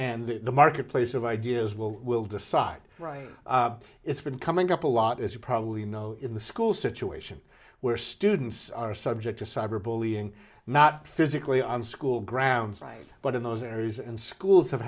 and the marketplace of ideas will will decide it's been coming up a lot as you probably know in the school situation where students are subject to cyber bullying not physically on school grounds right but in those areas and schools have